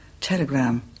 telegram